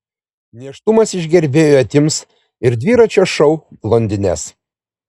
nėštumas iš gerbėjų atims ir dviračio šou blondines